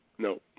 No